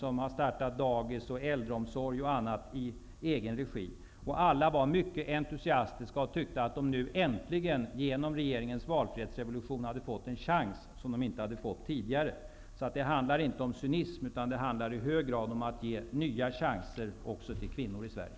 De har startat dagis, äldreomsorg och annat i egen regi. Alla var mycket entusiastiska och tyckte att de nu äntligen, genom regeringens valfrihetsrevolution, hade fått en chans som de inte hade haft tidigare. Det handlar inte om cynism, utan det handlar i hög grad om att ge nya chanser också till kvinnor i Sverige.